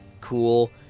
cool